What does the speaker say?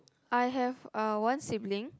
I have uh one sibling